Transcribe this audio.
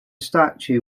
statue